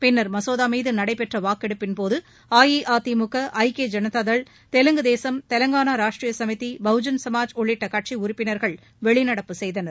பின்னர் மசோதா மீது நடைபெற்ற வாக்கெடுப்பின்போது அஇஅதிமுக ஐக்கிய ஜனதாதள் தெலுங்கு தேசம் தெலங்கானா ராஷ்டரிய சுமிதி பகுஜன் சமாஜ் உள்ளிட்ட கட்சி உறுப்பினர்கள் வெளிநடப்பு செய்தனர்